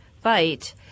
fight